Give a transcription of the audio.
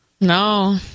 No